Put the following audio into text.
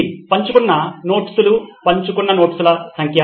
నితిన్ పంచుకున్న నోట్స్ లు పంచుకున్న నోట్స్ల సంఖ్య